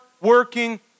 working